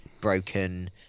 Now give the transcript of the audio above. broken